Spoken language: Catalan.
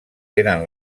tenen